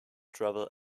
travel